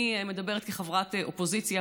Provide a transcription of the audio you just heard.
אני מדברת כחברת אופוזיציה,